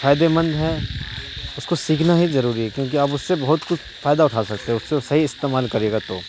فائدے مند ہے اس کو سیکھنا ہی ضروری ہے کیونکہ آپ اس سے بہت کچھ فائدہ اٹھا سکتے ہیں اس سے صحیح استعمال کرے گا تو